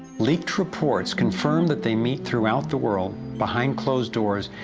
leaked reports confirm that they meet throughout the world, behind closed doors,